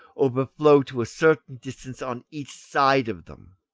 overflow to a certain distance on each side of them.